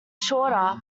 shorter